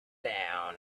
down